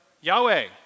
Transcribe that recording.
Yahweh